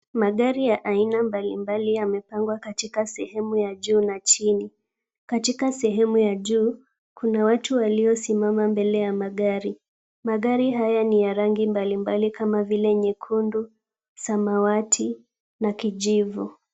Magari ya aina mbalimbali yamepangwa katika sehemu ya juu na chini. Katika sehemu ya juu, kuna watu waliosimama mbele ya magari. Magari haya ni ya rangi mbalimbali kama vile nyekundu, samawati na kijivu.